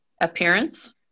appearance